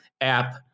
App